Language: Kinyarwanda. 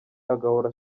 agahora